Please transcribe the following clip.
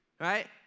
Right